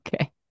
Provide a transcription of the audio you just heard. Okay